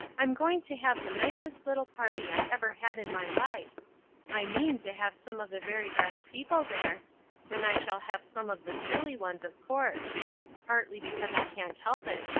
i'm going to have the nicest little party i ever had in my life i mean to have some of the very best people there then i shall have some of the silly ones, of course partly because i can't help it,